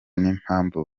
n’impamvu